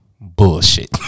Bullshit